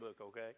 okay